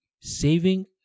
saving